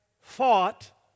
fought